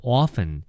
often